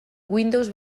windows